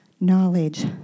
knowledge